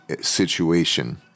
situation